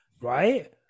right